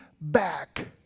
back